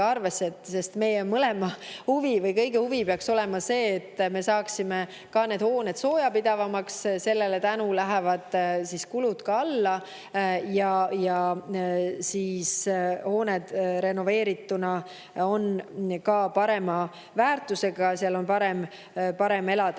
arvesse. Meie mõlema huvi või kõigi huvi peaks olema see, et me saaksime ka need hooned soojapidavamaks. Tänu sellele läheksid kulud alla. Hooned on renoveerituna ka parema väärtusega, seal on parem elada.